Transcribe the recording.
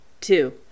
Two